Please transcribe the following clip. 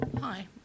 Hi